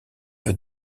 veut